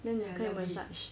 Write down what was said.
then 你可以 massage